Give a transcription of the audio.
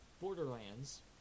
Borderlands